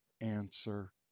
answer